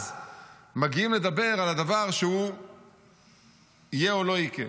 אז מגיעים לדבר על הדבר שיקרה או לא יקרה,